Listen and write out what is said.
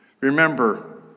Remember